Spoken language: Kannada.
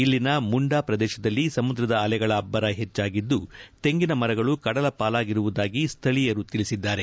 ಇಲ್ಲಿನ ಮುಂಡ ಪ್ರದೇಶದಲ್ಲಿ ಸಮುದ್ರದ ಅಲೆಗಳ ಅಬ್ಬರ ಹೆಚ್ಚಾಗಿದ್ದು ತೆಂಗಿನ ಮರಗಳು ಕಡಲ ಪಾಲಾಗಿರುವುದಾಗಿ ಸ್ವಳೀಯರು ತಿಳಿಸಿದ್ದಾರೆ